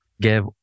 give